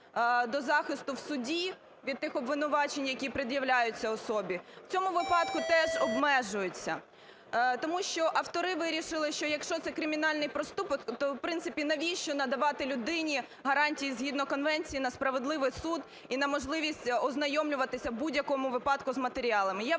до захисту в суді від тих обвинувачень, які пред'являються особі, в цьому випадку теж обмежується. Тому що автори вирішили, що якщо це кримінальний проступок, то в принципі навіщо надавати людині гарантії згідно конвенції на справедливий суд і на можливість ознайомлюватися в будь-якому випадку з матеріалами.